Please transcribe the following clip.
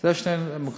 אלה שני המקומות.